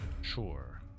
Sure